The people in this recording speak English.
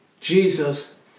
Jesus